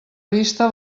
vista